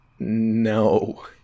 No